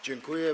Dziękuję.